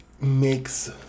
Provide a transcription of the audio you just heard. makes